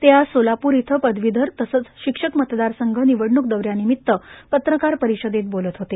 ते आज सोलापूर इथं पदवीधर तसंच शिक्षक मतदार संघ निवडणूक दौऱ्यानिमित्त पत्रकार परिषेदत बोलत होते